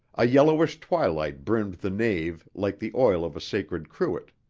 a yellowish twilight brimmed the nave like the oil of a sacred cruet.